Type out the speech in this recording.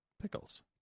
Pickles